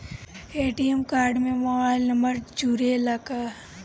ATM card में mobile number जुरेला का?